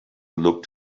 look